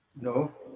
No